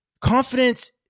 confidence